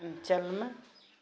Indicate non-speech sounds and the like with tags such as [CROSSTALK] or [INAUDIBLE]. [UNINTELLIGIBLE]